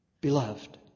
Beloved